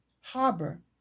harbor